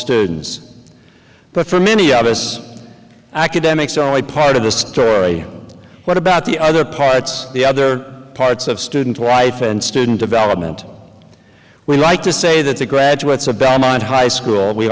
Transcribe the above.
students but for many of us academics are only part of the story what about the other parts the other parts of student life and student development we like to say that the graduates of bam and high school we